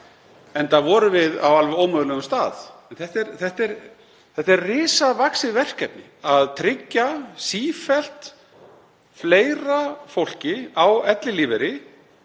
enda vorum við á alveg ómögulegum stað. En þetta er risavaxið verkefni, að tryggja sífellt fleira fólki á ellilífeyri